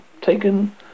taken